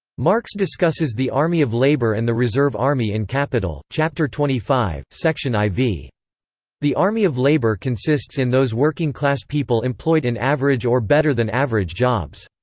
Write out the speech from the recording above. marx discusses the army of labor and the reserve army in capital, chapter twenty five, section iv. the the army of labor consists in those working-class people employed in average or better than average jobs.